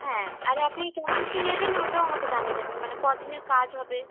হ্যাঁ আর আপনি কেমন কী নেবেন ওটাও আমাকে জানিয়ে দেবেন মানে ক দিনের কাজ হবে